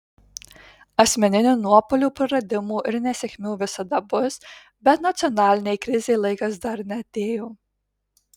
asmeninių nuopuolių praradimų ir nesėkmių visada bus bet nacionalinei krizei laikas dar neatėjo